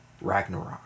Ragnarok